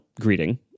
greeting